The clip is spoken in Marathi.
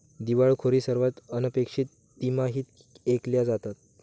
दिवाळखोरी सर्वात अनपेक्षित तिमाहीत ऐकल्या जातात